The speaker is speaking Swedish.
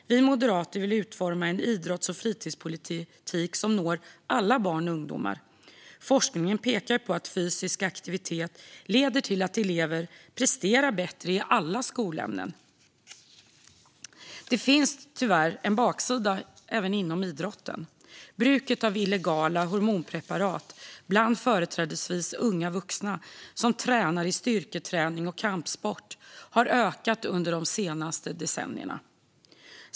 Moderaterna vill utforma en idrotts och fritidspolitik som når alla barn och ungdomar. Forskning pekar på att fysisk aktivitet leder till att elever presterar bättre i alla skolämnen. Det finns tyvärr också en baksida inom idrotten. Bruket av illegala hormonpreparat bland företrädesvis unga vuxna som tränar i styrketräning och kampsport har ökat under de senaste decennierna.